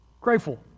grateful